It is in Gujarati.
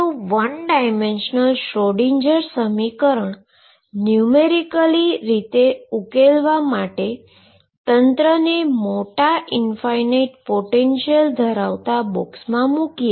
1 ડાઈમેંશનલ શ્રોડિંજર સમીકરણ ન્યુમેરીકલી રીતે ઉકેલવા માટે તંત્રને મોટા ઈન્ફાઈનાઈટ પોટેંશીઅલ ધરાવતા બોક્સમાં મુકીએ